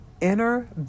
inner